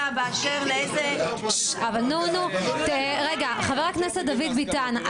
באשר לאיזה ועדות- -- חבר הכנסת דוד ביטן,